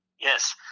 Yes